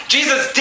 Jesus